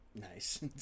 Nice